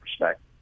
respect